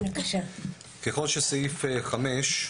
ככל שסעיף קטן (5)